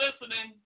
listening